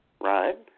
Right